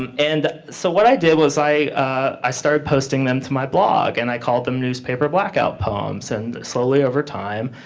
um and so what i did, was i i started posting them to my blog and i called them newspaper blackout poems. and slowly over time,